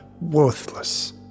worthless